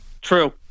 True